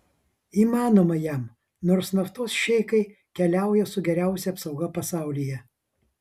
įmanoma jam nors naftos šeichai keliauja su geriausia apsauga pasaulyje